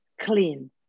clean